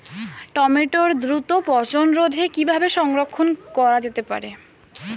টমেটোর দ্রুত পচনরোধে কিভাবে সংরক্ষণ করা যেতে পারে?